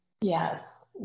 Yes